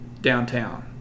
downtown